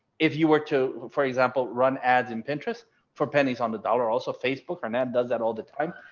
if you were to, for example, run ads in pinterest for pennies on the dollar. also facebook for now does that all the time,